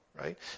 right